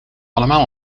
allemaal